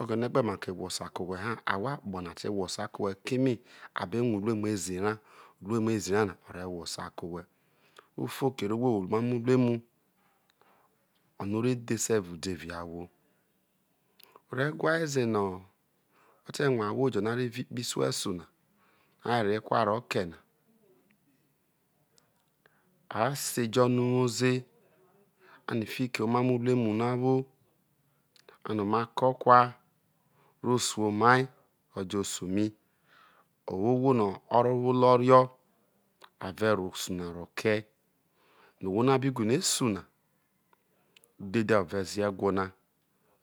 Oghe̱ne̱ gbe make̱ hwosa ke̱ owhe̱ ahwo akpo te bowosa ke̱ owhe keme a be rue̱ uruemu ezi ra uruemu ezi ra na ọ re hwosa ke̱ owhe̱ u fo kere ohwo owo omumo̱ uruemu onọ re dhese evao uderue ahwo. O̱ re̱ whae ze no̱ whete̱ rue ahwo jo̱ no̱ a re̱ vi kpoho̱ isuesuna nọ a re ro ekwa roke na se ejo no̱ uwou ze ano fiki omamo uruemu ra nowhe̱ wo ano̱ ma kee okwa re̱ o su omai o̱jo̱ osu mai o̱ro̱ ohwo no̱ o wo ohro rio̱ ave̱ rro osu na rokei yo̱ ohwona bigi rie suna udhedhe o̱ve̱ jo̱ ewho na,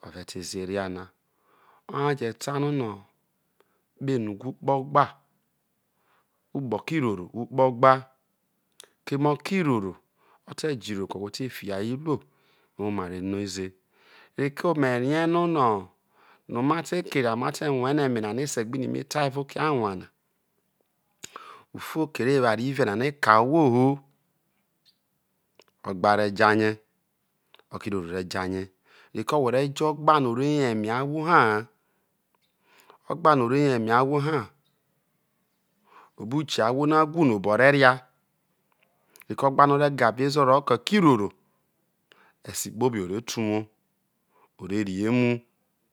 o̱ve̱ te zio̱ ona na o̱ye a je ta no no̱ kpeno uwho kpe ogbe ukpo okiroro ukpo gba keme oki roro o̱ te̱ jiroro ke̱ owhe̱ whe te̱ fi a ho imo ewoma reno, ze reko me̱ rie no no̱ ro a te kera no̱ ma te rue̱ no̱ ime̱ no̱ e̱se̱ gbini mai ti evao oke anwaena u fo kere eware lue̱ nana ka ohwoho o̱ gba re̱ jarie okiroro re jarie reko whe re̱ jo̱ ogbano o re yo e̱me ahwo haha ogba no̱ o re yo eme ahwo ha obo ukie a hwo no̱ a who no a re̱ na reko̱ o̱gbu no̱ o̱ re̱ gaviezo̱ ro̱ke̱ okiroro ose kpobi o re te uwor o re rri emu